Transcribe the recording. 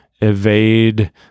evade